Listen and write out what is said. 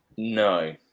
No